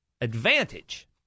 advantage